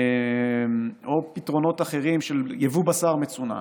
או פתרונות אחרים של יבוא בשר מצונן.